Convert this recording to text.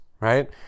right